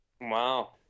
wow